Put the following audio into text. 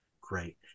Great